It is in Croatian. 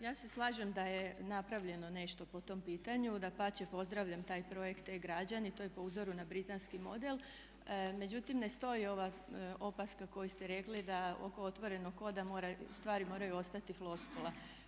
Ja se slažem da je napravljeno nešto po tom pitanju, dapače pozdravljam taj projekt e-građni, to je po uzoru na britanski model međutim ne stoji ova opaska koju ste rekli oko otvorenog koda da stvari moraju ostati floskule.